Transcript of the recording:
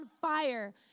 fire